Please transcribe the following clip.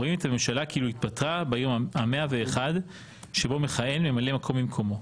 רואים את הממשלה כאילו התפטרה ביום ה-101 שבו מכהן ממלא מקום במקומו".